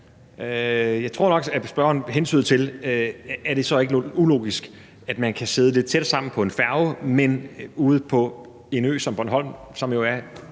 jeg tror nok, at spørgeren hentyder til, om det så ikke er ulogisk, at man kan sidde lidt tæt sammen på færge, men ikke ude på en ø som Bornholm, som jo i